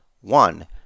One